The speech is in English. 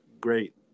great